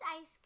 Ice